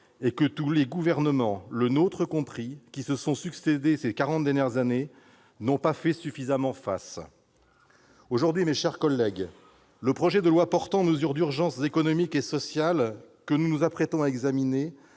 et que tous les gouvernements, le nôtre y compris, qui se sont succédé ces quarante dernières années n'y ont pas fait suffisamment face. Aujourd'hui, mes chers collègues, le projet de loi portant mesures d'urgence économiques et sociales, que nous nous apprêtons à examiner,